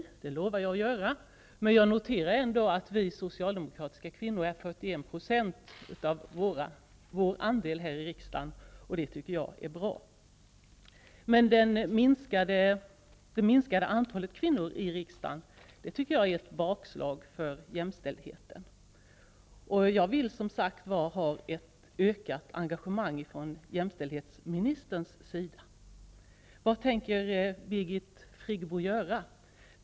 Det lovar jag att göra, men jag noterar ändå att de socialdemokratiska kvinnorna utgör 41 % av alla socialdemokrater i riksdagen, och det tycker jag är bra. Minskningen av andelen kvinnor i riksdagen tycker jag emellertid är ett bakslag för jämställdheten, och jag vill som sagt ha ett ökat engagemang från jämställdhetsministerns sida. Vad tänker Birgit Friggebo göra?